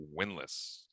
winless